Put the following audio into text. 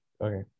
Okay